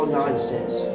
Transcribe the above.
nonsense